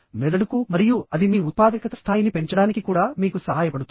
మెదడుకు మరియు అది మీ ఉత్పాదకత స్థాయిని పెంచడానికి కూడా మీకు సహాయపడుతుంది